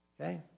Okay